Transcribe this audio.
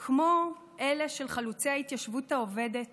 כמו אלה של חלוצי ההתיישבות העובדת